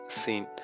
seen